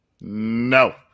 no